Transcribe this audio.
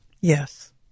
Yes